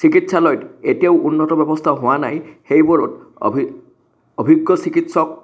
চিকিৎসালয়ত এতিয়াও উন্নত ব্যৱস্থা হোৱা নাই সেইবোৰ অভি অভিজ্ঞ চিকিৎসক